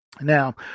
Now